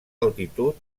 altitud